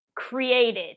created